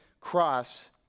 cross